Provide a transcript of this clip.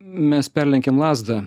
mes perlenkėm lazdą